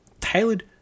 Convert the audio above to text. Tailored